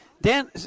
Dan